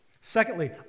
Secondly